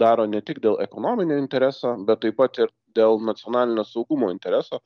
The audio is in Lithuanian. daro ne tik dėl ekonominio intereso bet taip pat ir dėl nacionalinio saugumo intereso